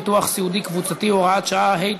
ביטוח סיעודי קבוצתי) (הוראת שעה),